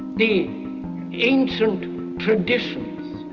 the ancient traditions.